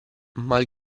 mal